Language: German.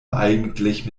eigentlich